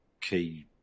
key